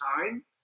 time